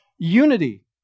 unity